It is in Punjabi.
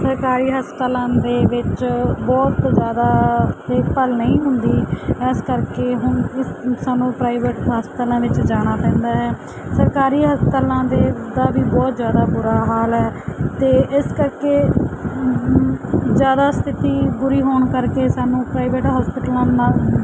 ਸਰਕਾਰੀ ਹਸਪਤਾਲਾਂ ਦੇ ਵਿੱਚ ਬਹੁਤ ਜ਼ਿਆਦਾ ਦੇਖਭਾਲ ਨਹੀਂ ਹੁੰਦੀ ਇਸ ਕਰਕੇ ਹੁਣ ਇਸ ਸਾਨੂੰ ਪ੍ਰਾਈਵੇਟ ਹਸਪਤਾਲਾਂ ਵਿੱਚ ਜਾਣਾ ਪੈਂਦਾ ਹੈ ਸਰਕਾਰੀ ਹਸਪਤਾਲਾਂ ਦੇ ਉੱਦਾਂ ਵੀ ਬਹੁਤ ਜ਼ਿਆਦਾ ਬੁਰਾ ਹਾਲ ਹੈ ਅਤੇ ਇਸ ਕਰਕੇ ਜ਼ਿਆਦਾ ਸਥਿਤੀ ਬੁਰੀ ਹੋਣ ਕਰਕੇ ਸਾਨੂੰ ਪ੍ਰਾਈਵੇਟ ਹੋਸਪਿਟਲਾਂ ਨਾਲ